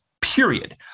period